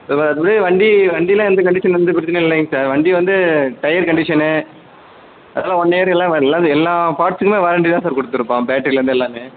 எல்லாத்தோடையும் வண்டி வண்டிலாம் எந்த கண்டிஷனு எந்த பிரச்சினையும் இல்லைங்க சார் வண்டி வந்து டயர் கண்டிஷனு அதோடய ஒன் இயர் எல்லாம் எல்லாமே எல்லா பார்ட்ஸுக்குமே வாரண்ட்டி தான் சார் கொடுத்துருப்போம் பேட்ரயில் இருந்து எல்லாமே